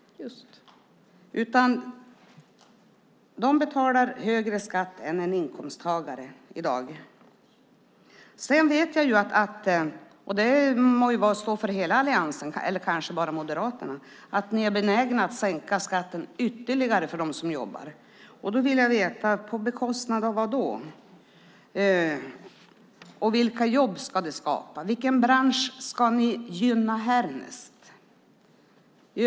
De betalar högre skatt än inkomsttagare. Jag vet ju att ni i alliansen, eller kanske bara Moderaterna, är benägna att sänka skatten ytterligare för dem som jobbar. På bekostnad av vad? Vilka jobb ska det skapa? Vilken bransch ska ni gynna härnäst?